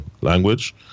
language